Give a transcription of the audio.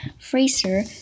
Fraser